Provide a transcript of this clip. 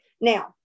Now